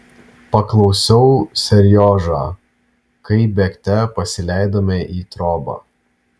paklausiau seriožą kai bėgte pasileidome į trobą